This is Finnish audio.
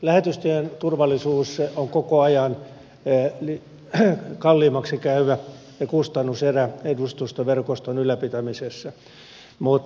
lähetystöjen turvallisuus on koko ajan kalliimmaksi käyvä kustannuserä edustustoverkoston ylläpitämisessä